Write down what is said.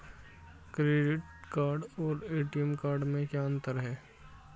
Credit card और ATM card में क्या अंतर है?